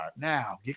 Now